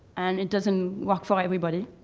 and it doesn't work for everybody.